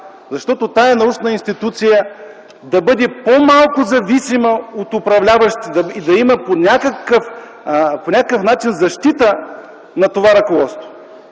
защото тази научна институция да бъде по-малко зависима от управляващите, да има по някакъв начин защита на това ръководство,